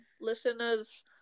listeners